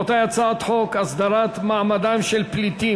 תודה.